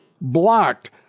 blocked